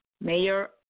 Mayor